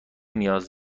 نیاز